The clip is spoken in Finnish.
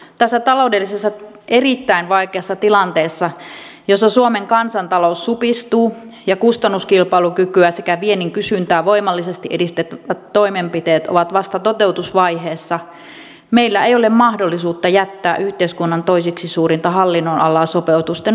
tässä erittäin vaikeassa taloudellisessa tilanteessa jossa suomen kansantalous supistuu ja kustannuskilpailukykyä sekä viennin kysyntää voimallisesti edistävät toimenpiteet ovat vasta toteutusvaiheessa meillä ei ole mahdollisuutta jättää yhteiskunnan toiseksi suurinta hallinnonalaa sopeutusten ulkopuolelle